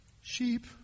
sheep